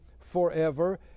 forever